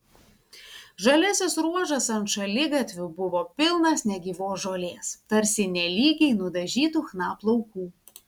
žaliasis ruožas ant šaligatvių buvo pilnas negyvos žolės tarsi nelygiai nudažytų chna plaukų